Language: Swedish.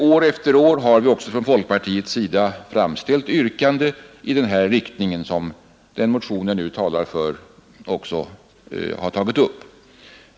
År efter år har vi från folkpartiet framställt yrkanden av det slag som den motion som jag nu talar för har tagit upp.